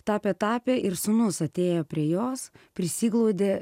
tapė tapė ir sūnus atėjo prie jos prisiglaudė